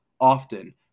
often